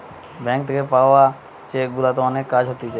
bank থাকে পাওয়া cheque গুলাতে অনেক কাজ হতিছে